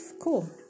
Cool